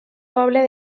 poble